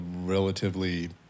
relatively